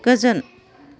गोजोन